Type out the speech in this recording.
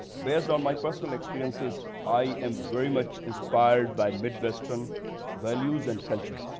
based on my personal experiences, i am very much inspired by midwestern values and culture.